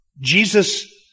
Jesus